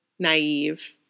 Naive